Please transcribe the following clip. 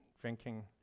drinking